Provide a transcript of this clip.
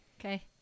Okay